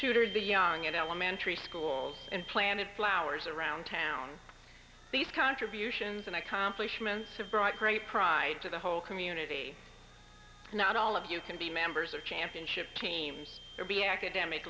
tutored the young at elementary schools and planted flowers around town these contributions and accomplishments have brought great pride to the whole community not all of you can be members of championship teams or be academic